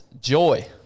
joy